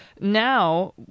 Now